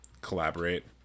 collaborate